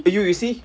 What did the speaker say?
eh you you see